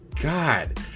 god